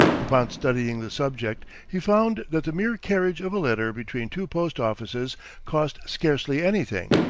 upon studying the subject, he found that the mere carriage of a letter between two post-offices cost scarcely anything,